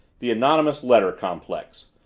the anonymous letter complex!